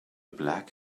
black